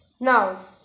now